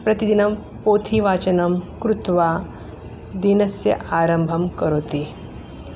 प्रतिदिनं पोथीवाचनं कृत्वा दिनस्य आरम्भं करोति